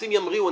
מטוסים ימריאו,